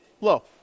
Low